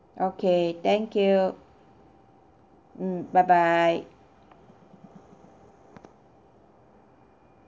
okay thank you mm bye bye